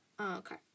okay